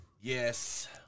Yes